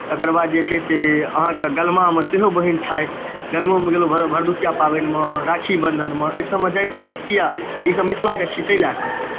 तकर बाद जे छै से अहाँके गलमामे सेहो बहीन छथि गलमोमे गेलहुँ भरदुतिया पाबनिमे राखी बन्धनमे एहिसभमे जाइत रहै छी किआक तऽ ईसभ मिथिलाके छी ताहि लए कऽ